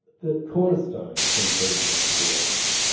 the cornerstone to improvement is awareness.